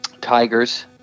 Tigers